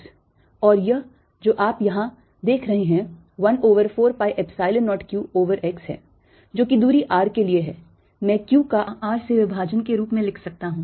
और यह जो आप यहाँ देख रहे हैं 1 over 4 pi epsilon 0 q over x है जो कि दूरी r के लिए है मैं q का r से विभाजन के रूप में लिख सकता हूं